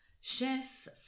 Chef